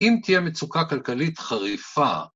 ‫אם תהיה מצוקה כלכלית חריפה...